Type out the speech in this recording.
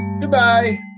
Goodbye